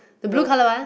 the blue colour one